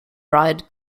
write